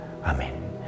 Amen